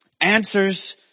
answers